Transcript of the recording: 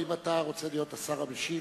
האם אתה רוצה להיות השר המשיב?